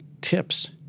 tips